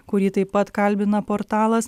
kurį taip pat kalbina portalas